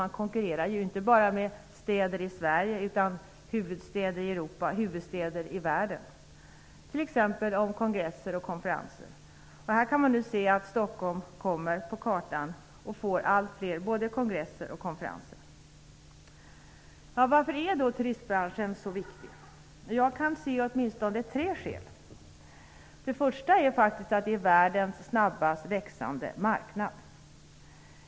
Man konkurrerar inte bara med städer i Sverige utan med huvudstäder i Europa och världen om t.ex. kongresser och konferenser. Nu kan vi se att Stockholm kommer på kartan och får allt fler både kongresser och konferenser. Varför är då turistbranschen så viktig? Jag kan se åtminstone tre skäl. Det första är faktiskt att det är världens snabbast växande marknad.